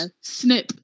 snip